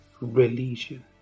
Religion